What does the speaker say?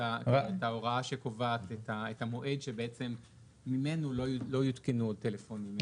ההוראה שקובעת את המועד שבעצם ממנו לא יותקנו עוד טלפונים ציבוריים.